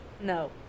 No